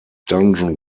dungeon